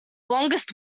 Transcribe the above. longest